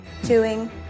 Chewing